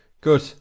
Good